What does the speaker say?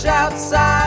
outside